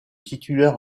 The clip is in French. titulaire